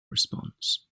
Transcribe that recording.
response